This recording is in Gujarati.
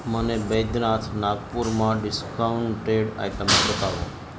મને બૈદ્યનાથ નાગપુરમાં ડિસ્કાઉન્ટેડ આઇટમ્સ બતાવો